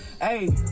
Hey